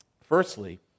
Firstly